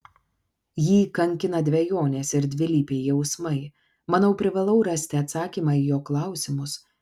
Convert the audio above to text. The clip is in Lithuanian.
jį kankina dvejonės ir dvilypiai jausmai manau privalau rasti atsakymą į jo klausimus